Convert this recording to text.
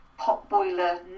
potboiler